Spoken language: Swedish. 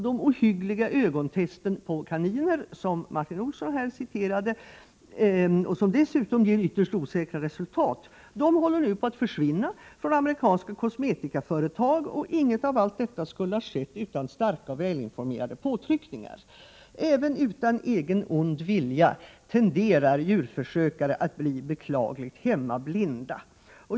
De ohyggliga ögontesterna på kaniner, som dessutom ger ytterligt osäkra resultat, håller nu på, som Martin Olsson påpekade, att försvinna från amerikanska kosmetikaföretag. Inget av allt detta skulle ha skett utan starka och välinformerade påtryckningar. Även utan egen ond vilja tenderar djurförsökare att bli beklagligt hemmablinda.